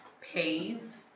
pays